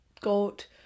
got